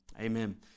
Amen